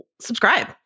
subscribe